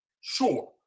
sure